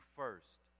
first